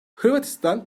hırvatistan